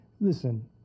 listen